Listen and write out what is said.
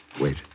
Wait